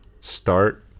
start